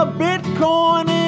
bitcoin